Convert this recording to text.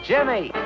Jimmy